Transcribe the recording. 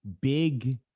big